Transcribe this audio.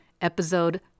Episode